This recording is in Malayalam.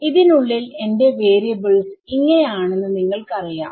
ഇതിനുള്ളിൽ എന്റെ വാരിയബിൾസ് ഇങ്ങനെ ആണെന്ന് നിങ്ങൾക്ക് അറിയാം